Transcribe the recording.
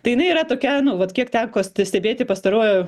tai jinai yra tokia nu vat kiek teko st stebėti pastaruoju